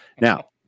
Now